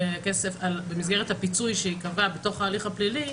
במסגרת הפיצוי שייקבע בתוך ההליך הפלילי,